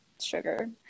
sugar